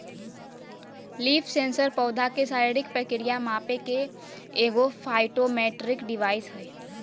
leaf sensor पौधा के शारीरिक प्रक्रिया मापे के एगो फाइटोमेट्रिक डिवाइस हइ